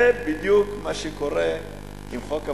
זה בדיוק מה שקורה עם חוק הווד"לים.